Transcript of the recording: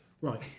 Right